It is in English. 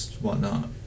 whatnot